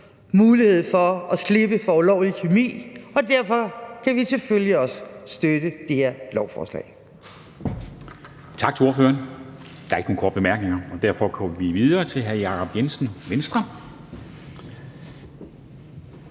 mulighed for at slippe for ulovlig kemi, og derfor kan vi selvfølgelig også støtte det her lovforslag.